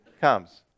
comes